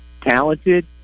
talented